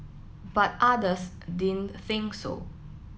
but others din think so